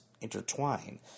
intertwine